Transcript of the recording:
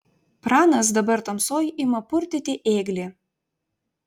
pranas dabar tamsoj ima purtyti ėglį